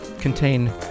contain